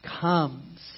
comes